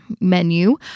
menu